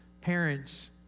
parents